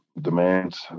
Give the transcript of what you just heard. demands